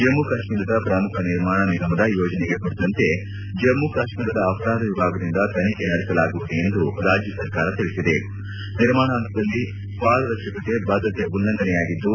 ಜಮ್ಮು ಕಾಶ್ಮೀರದ ಪ್ರಮುಖ ನಿರ್ಮಾಣ ನಿಗಮದ ಯೋಜನೆಗೆ ಕುರಿತಂತೆ ಜಮ್ಮು ಕಾಶ್ಮೀರದ ಅಪರಾಧ ವಿಭಾಗದಿಂದ ತನಿಖೆ ನಡೆಸಲಾಗುವುದು ಎಂದು ರಾಜ್ಯ ಸರ್ಕಾರ ತಿಳಿಸಿದೆ ನಿರ್ಮಾಣ ಹಂತದಲ್ಲಿ ಪಾರದರ್ಶಕತೆ ಬದ್ದತೆ ಉಲ್ಲಂಘನೆಯಾಗಿದ್ದು